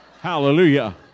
Hallelujah